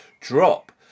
drop